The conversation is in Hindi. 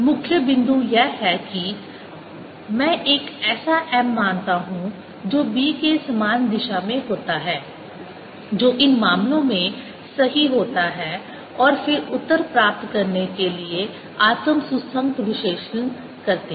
मुख्य बिंदु यह है कि मैं एक ऐसा m मानता हूं जो b के समान दिशा में होता है जो इन मामलों में सही होता है और फिर उत्तर प्राप्त करने के लिए आत्म सुसंगत विश्लेषण करते हैं